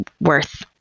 worth